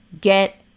Get